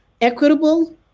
equitable